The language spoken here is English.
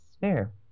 fair